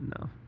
No